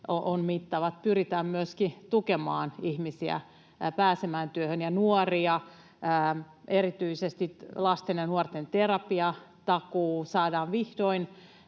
ovat mittavat. Pyritään myöskin tukemaan ihmisiä pääsemään työhön. Ja tuetaan erityisesti nuoria: lasten ja nuorten terapiatakuu saadaan vihdoin